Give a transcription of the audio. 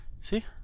See